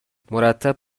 مرتب